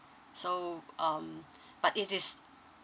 so um but it is